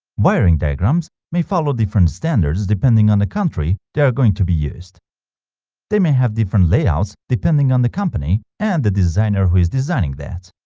wiring diagrams may follow different standards depending on the country they are going to be used they may have different layouts depending on the company and the designer who is designing that